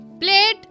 plate